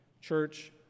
church